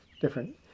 different